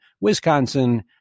Wisconsin